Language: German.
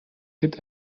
gibt